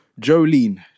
Jolene